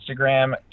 Instagram